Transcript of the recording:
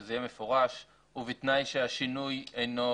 שזה יהיה מפורש, ובתנאי שהשינוי אינו